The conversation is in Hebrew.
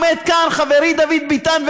עומד כאן חברי דוד ביטן,